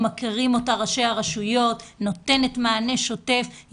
ראשי הרשויות מכירים אותה והיא נותנת מענה שוטף.